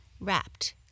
wrapped